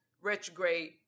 retrograde